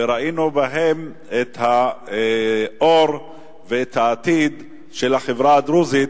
וראינו בהן את האור ואת העתיד של החברה הדרוזית,